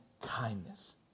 kindness